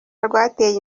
rwateye